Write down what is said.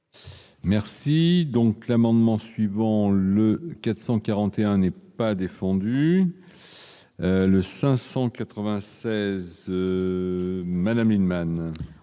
Merci donc l'amendement suivant le 441 n'est pas défendu. Le 596 Madame Lienemann.